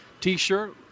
T-shirt